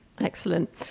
Excellent